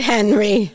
Henry